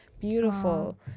Beautiful